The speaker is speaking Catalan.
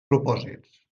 propòsits